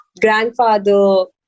grandfather